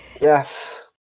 Yes